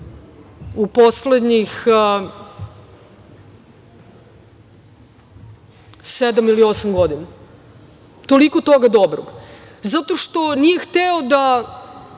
u poslednjih sedam ili osam godina, toliko toga dobrog. Zato što nije hteo da